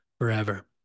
forever